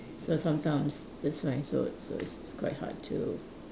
so sometimes this line is so so it's quite hard to